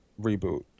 reboot